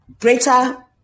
greater